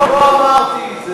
לא אמרתי את זה.